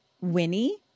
Winnie